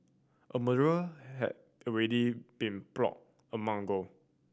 a murderer had already been plotted a month ago